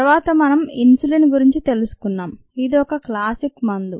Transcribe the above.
తరువాత మనం ఇన్సులిన్ గురించి తెలుసుకున్నాం ఇది ఒక క్లాసిక్ మందు